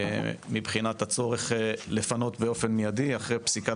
מבחינת הצורך לפנות באופן מיידי אחרי פסיקת